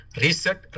Reset